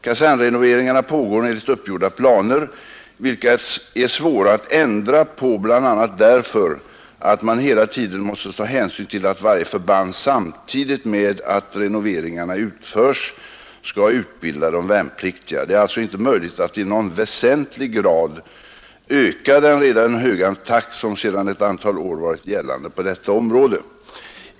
Kasernrenoveringarna pägar enligt uppgjorda planer, vilka är svåra att ändra på, bl.a. därför att man hela tiden mäste ta hänsyn till att varje förband samtidigt med att renoveringarna utförs skall utbilda de värnpliktiga. Det är alltså inte möjligt att i någon väsentlig grad öka den redan höga takt som sedan ett antal år varit gällande på detta område.